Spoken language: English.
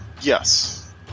yes